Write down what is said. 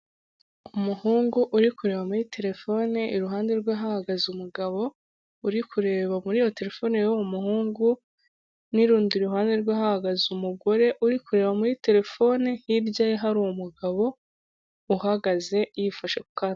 Imodoka ihetse umuntu inyuma iri mu muhanda iragenda, n'abanyamaguru mu nkengero ndetse n'ibiti birebire mu nkengero; hari ahantu hapfutswe wagirango bari kubaka.